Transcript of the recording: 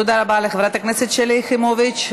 תודה רבה לחברת הכנסת שלי יחימוביץ.